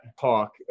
talk